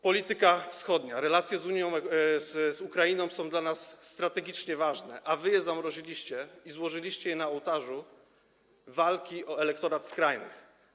Polityka wschodnia, relacje z Ukrainą są dla nas strategicznie ważne, a wy je zamroziliście i złożyliście je na ołtarzu walki o elektorat skrajnych.